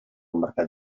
mercat